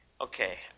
Okay